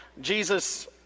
Jesus